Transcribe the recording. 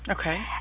okay